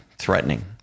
threatening